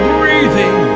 breathing